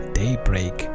daybreak